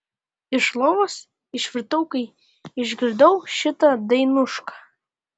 iš lovos išvirtau kai išgirdau šitą dainušką